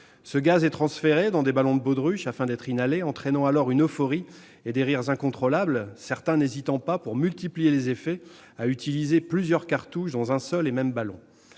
Le gaz est transféré dans des ballons de baudruche afin d'être inhalé, entraînant alors une euphorie et des rires incontrôlables, certains n'hésitant pas à utiliser plusieurs cartouches dans un seul ballon